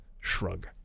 Shrug